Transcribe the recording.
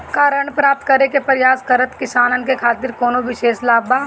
का ऋण प्राप्त करे के प्रयास करत किसानन के खातिर कोनो विशेष लाभ बा